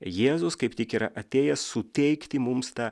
jėzus kaip tik yra atėjęs suteikti mums tą